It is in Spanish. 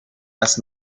las